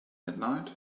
midnight